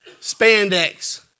spandex